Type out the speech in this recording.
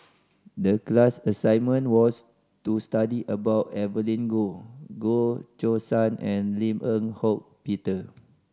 the class assignment was to study about Evelyn Goh Goh Choo San and Lim Eng Hock Peter